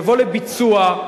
יבוא לביצוע.